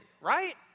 right